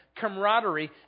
camaraderie